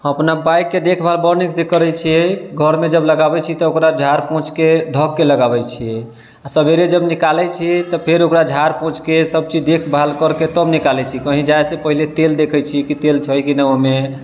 हम अपना बाइकके देखभाल बड़ नीकसँ करै छियै घरमे जब लगाबै छियै तऽ ओकरा झाड़ पोछके धोके लगाबै छियै आओर सवेरे जब निकालै छियै तऽ फेर ओकरा झाड़ पोछके सब चीज देखभाल करके तब निकालै छियै कहीं जाइसँ पहिले तेल देखै छियै कि तेल छै कि नहि ओइमे